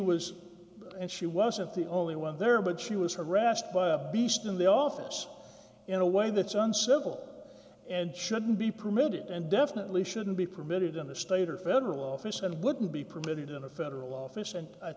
was and she wasn't the only one there but she was harassed by a beast in the office in a way that's uncivil and shouldn't be permitted and definitely shouldn't be permitted in the state or federal office and wouldn't be permitted in a federal office and i